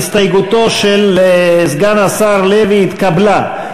הסתייגותו של סגן השר לוי לסעיף 1 התקבלה.